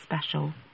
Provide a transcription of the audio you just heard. special